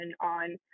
on